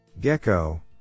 Gecko